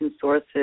sources